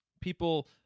people